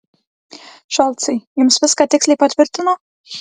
šolcai jums viską tiksliai patvirtino